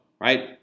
right